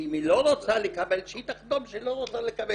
ואם היא לא רוצה לקבל שהיא תחתום שהיא לא רוצה לקבל.